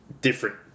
different